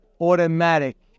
automatic